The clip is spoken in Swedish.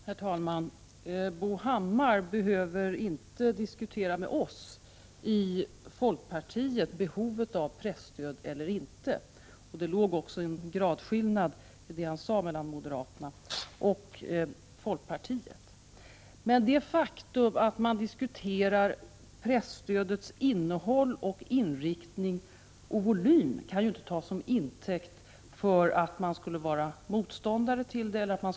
Herr talman! Bo Hammar behöver inte diskutera med oss i folkpartiet om behovet av presstöd eller inte. I det han sade fanns också en gradskillnad mellan moderaterna och folkpartiet. Det faktum att man diskuterar presstödets innehåll, inriktning och volym kan ju inte tas som intäkt för att man skulle vara motståndare till det eller att Prot.